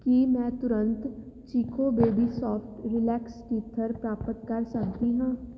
ਕੀ ਮੈਂ ਤੁਰੰਤ Chicco baby soft relax teether ਪ੍ਰਾਪਤ ਕਰ ਸਕਦੀ ਹਾਂ